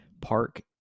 park